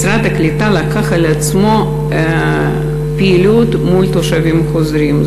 משרד הקליטה לקח על עצמו פעילות מול תושבים חוזרים,